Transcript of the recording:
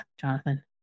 jonathan